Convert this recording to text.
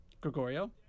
Gregorio